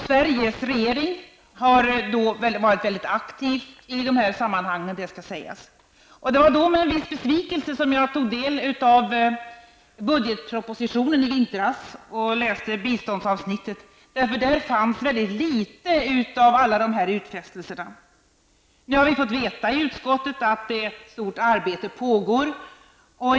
Sveriges regering har varit mycket aktiv i de här sammanhangen, det skall sägas. Det var därför med en viss besvikelse som jag tog del av budgetpropositionen i vintras och läste biståndsavsnittet. Där fanns mycket få av alla de här utfästelserna. Nu har vi i utskottet fått veta att ett stort arbete pågår.